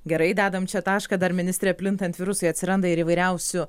gerai dedam čia tašką dar ministre plintant virusui atsiranda ir įvairiausių